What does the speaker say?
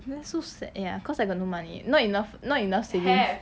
that's so sad ya cause I got no money eh not enough not enough savings